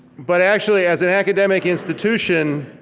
but actually as an academic institution,